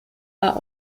are